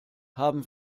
haben